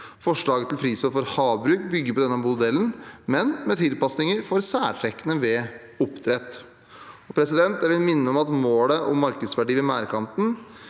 Forslaget til prisråd for havbruk bygger på denne modellen, men med tilpasninger for særtrekkene ved oppdrett. Jeg vil minne om at målet om markedsverdi ved merdkanten